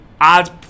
add